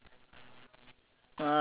quite far